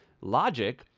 logic